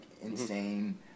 insane